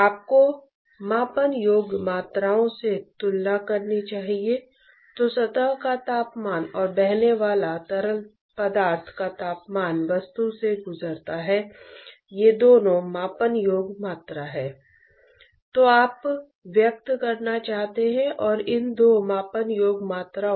अब हम देखेंगे कि कन्वेक्शन के कारण ऊष्मा ट्रांसपोर्ट का अनुमान कैसे लगाया जाए या कैसे चिह्नित किया जाए